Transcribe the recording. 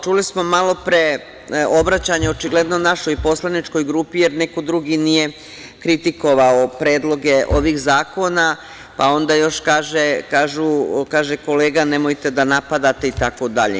Čuli smo malo pre obraćanje očigledno našoj poslaničkoj grupi, jer niko drugi nije kritikovao predloge ovih zakona, pa onda još kaže kolega - nemojte da napadate, itd.